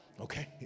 Okay